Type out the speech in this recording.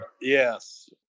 yes